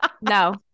no